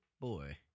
boy